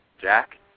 Jack